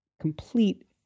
Complete